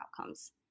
outcomes